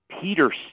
Peter